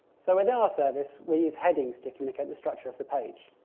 so, within our service, we use headings to communicate the structure of the page.